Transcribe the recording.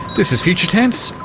this is future tense,